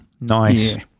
nice